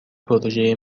پروژه